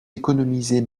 économisez